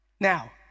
Now